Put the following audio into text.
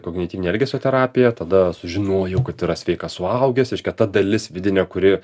kognityvine elgesio terapija tada sužinojau kad yra sveikas suaugęs reiškia ta dalis vidinė kuri